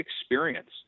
experience